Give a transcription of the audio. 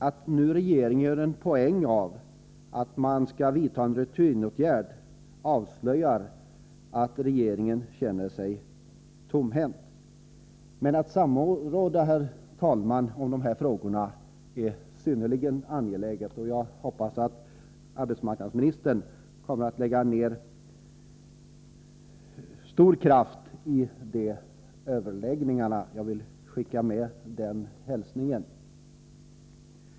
Att regeringen nu gör en poäng av att man skall vidta en rutinåtgärd avslöjar att regeringen känner sig tomhänt. Men att samråda, herr talman, om de här frågorna är synnerligen angeläget, och jag hoppas att arbetsmarknadsministern kommer att lägga ned stor kraft vid de överläggningarna. Jag vill skicka med den hälsningen.